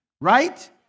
Right